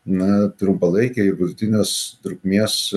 na trumpalaikėj vidutinės trukmės